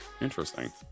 Interesting